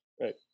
Right